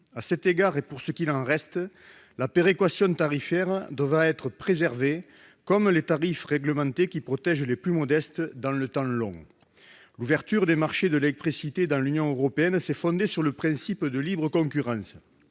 tarifaire, pour ce qu'il en reste, devra être préservée, ainsi que les tarifs réglementés, qui protègent les plus modestes dans le temps long. L'ouverture des marchés de l'électricité dans l'Union européenne s'est fondée sur le principe de libre concurrence,